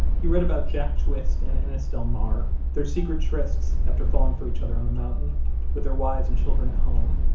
he read about jack twist and ennis delmar, their secret trysts after falling for each other on the mountain with their wives and children at home.